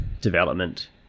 development